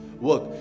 work